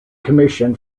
commission